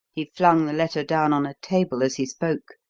he flung the letter down on a table as he spoke,